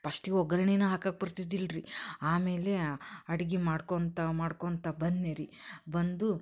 ಪಶ್ಟಿಗೆ ಒಗ್ಗರಣೆನೇ ಹಾಕಕ್ಕೆ ಬರ್ತಿದ್ದಿಲ್ಲ ರೀ ಆಮೇಲೆ ಅಡುಗೆ ಮಾಡ್ಕೊತ ಮಾಡ್ಕೊತ ಬಂದ್ನಿ ರೀ ಬಂದು